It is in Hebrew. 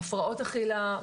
הפרעות אכילה,